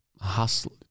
hustle